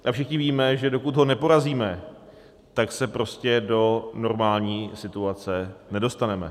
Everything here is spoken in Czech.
A všichni víme, že dokud ho neporazíme, tak se prostě do normální situace nedostaneme.